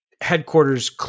headquarters